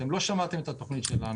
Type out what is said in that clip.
אתם לא שמעתם את התוכנית שלנו.